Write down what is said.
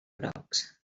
grocs